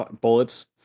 bullets